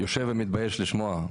יושב ומתבייש לשמוע,